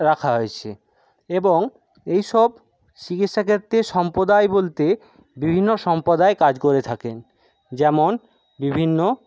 রাখা হয়েছে এবং এইসব চিকিৎসাক্ষেত্রে সম্পদায় বলতে বিভিন্ন সম্পদায় কাজ করে থাকেন যেমন বিভিন্ন